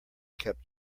kept